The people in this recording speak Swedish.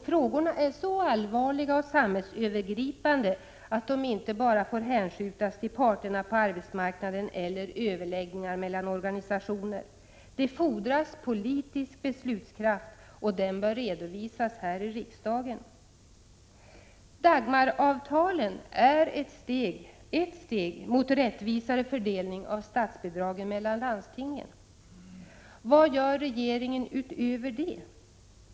Frågorna är så allvarliga och samhällsövergripande att de inte bara får hänskjutas till parterna på arbetsmarknaden eller överläggningar med organisationer. Det fordras politisk beslutskraft, och den bör redovisas här i riksdagen. Dagmaravtalen är ett steg mot rättvisare fördelning av statsbidragen mellan landstingen. Vad gör regeringen utöver detta?